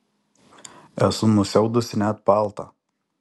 esu nusiaudusi net paltą